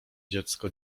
dziecko